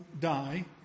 die